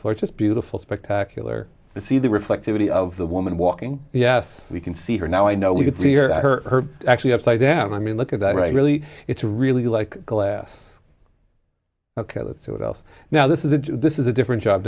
floor just beautiful spectacular to see the reflectivity of the woman walking yes we can see her now i know we could see her her actually upside down i mean look at that right really it's really like glass ok let's see what else now this is a this is a different job